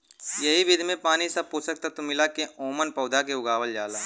एह विधि में पानी में सब पोषक तत्व मिला के ओमन पौधा के उगावल जाला